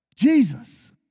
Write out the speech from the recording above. Jesus